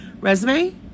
Resume